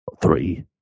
three